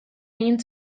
egin